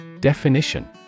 Definition